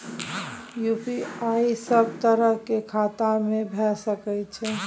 UPI सब तरह के खाता में भय सके छै?